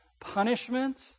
punishment